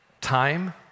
time